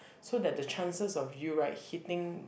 so that the chances of you right hitting